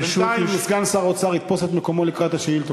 בינתיים סגן שר האוצר יתפוס את מקומו לקראת השאילתות.